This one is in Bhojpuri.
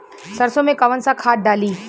सरसो में कवन सा खाद डाली?